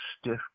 stiff